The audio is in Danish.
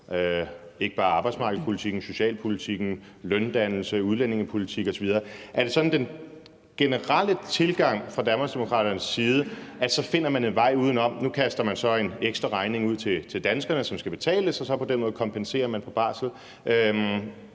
ikke bare på arbejdsmarkedspolitikken, men også socialpolitikken, løndannelsen, udlændingepolitikken osv. Er det sådan den generelle tilgang fra Danmarksdemokraternes side, at så finder man en vej udenom? Nu kaster man så en ekstraregning ud til danskerne, som skal betales, og på den måde kompenserer man så i